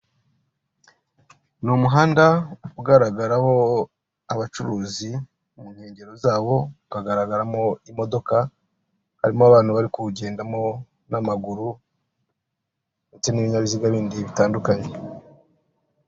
Ni umuhanda ugaragaramo abacuruzi mu nkengero zawo hagaragaramo imodoka, harimo abantu bari kuwugendamo n'amaguru ndetse n'ibinyabiziga bindi bitandukanye.